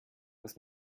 dass